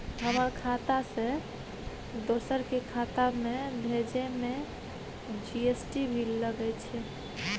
हमर खाता से दोसर के खाता में भेजै में जी.एस.टी भी लगैछे?